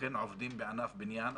אכן עובדים בענף הבניין,